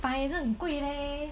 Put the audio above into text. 百也是很贵 leh